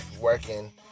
working